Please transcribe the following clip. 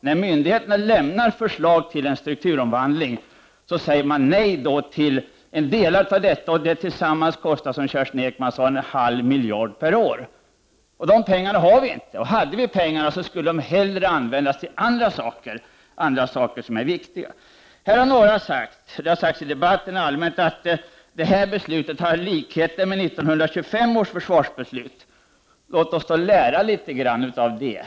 När myndigheterna lämnar förslag till en strukturomvandling säger man nej till delar av det hela. Tillsammans kostar detta, som Kerstin Ekman sade, en halv miljard kronor per år. De pengarna har vi inte, och hade vi dem borde de användas till andra viktiga saker. Det har sagts av flera i debatten att beslutet liknar 1925 års försvarsbeslut. Låt oss då lära litet grand av detta.